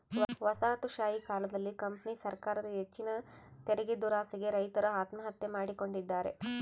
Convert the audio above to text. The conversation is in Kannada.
ವಸಾಹತುಶಾಹಿ ಕಾಲದಲ್ಲಿ ಕಂಪನಿ ಸರಕಾರದ ಹೆಚ್ಚಿನ ತೆರಿಗೆದುರಾಸೆಗೆ ರೈತರು ಆತ್ಮಹತ್ಯೆ ಮಾಡಿಕೊಂಡಿದ್ದಾರೆ